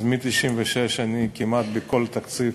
אז מ-1996 אני כמעט בכל תקציב